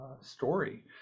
story